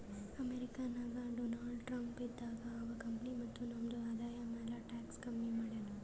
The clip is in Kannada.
ಅಮೆರಿಕಾ ನಾಗ್ ಡೊನಾಲ್ಡ್ ಟ್ರಂಪ್ ಇದ್ದಾಗ ಅವಾ ಕಂಪನಿ ಮತ್ತ ನಮ್ದು ಆದಾಯ ಮ್ಯಾಲ ಟ್ಯಾಕ್ಸ್ ಕಮ್ಮಿ ಮಾಡ್ಯಾನ್